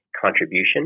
contribution